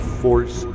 force